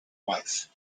wife